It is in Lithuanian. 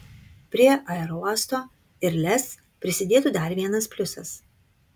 prie aerouosto ir lez prisidėtų dar vienas pliusas